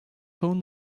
phone